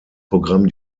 programm